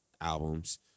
albums